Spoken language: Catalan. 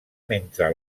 mentre